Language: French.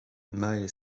mae